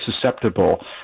susceptible